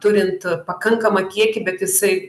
turint pakankamą kiekį bet jisai